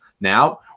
now